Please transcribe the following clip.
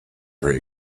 very